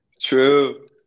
true